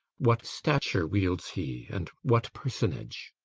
what stature wields he, and what personage?